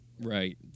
Right